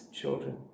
children